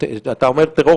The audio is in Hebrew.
אתה אומר "טרור